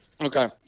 Okay